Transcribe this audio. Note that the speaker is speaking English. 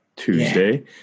Tuesday